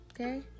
okay